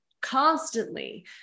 constantly